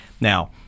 Now